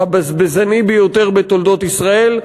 הבזבזני ביותר בתולדות ישראל,